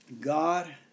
God